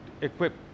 equipped